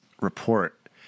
report